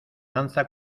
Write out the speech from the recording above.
lanza